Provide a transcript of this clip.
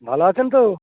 ভালো আছেন তো